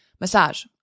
Massage